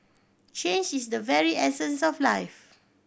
change is the very essence of life